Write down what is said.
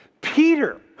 Peter